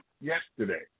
yesterday